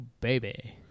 baby